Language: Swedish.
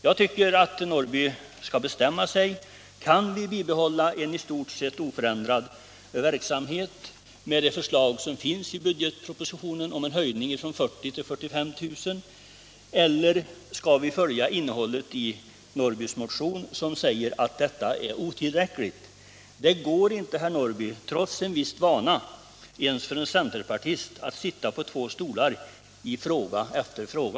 Jag tycker att herr Norrby skall bestämma sig: Kan vi bibehålla en i stort sett oförändrad verksamhet med det förslag som finns i budgetpropositionen om en höjning från 40 000 till 45 000, eller är detta 109 otillräckligt i enlighet med vad som sägs i herr Norrbys motion? Det går inte, herr Norrby, ens för en centerpartist att sitta på två stolar i fråga efter fråga!